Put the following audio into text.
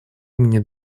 имени